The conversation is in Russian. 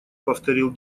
повторил